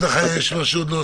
מרדכי, יש לך עוד משהו להוסיף?